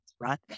right